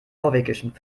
norwegischen